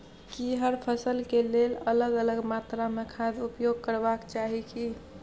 की हर फसल के लेल अलग अलग मात्रा मे खाद उपयोग करबाक चाही की?